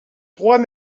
trois